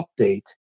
update